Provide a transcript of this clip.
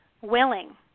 willing